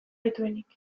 dituenik